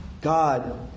God